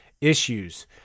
issues